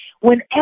Whenever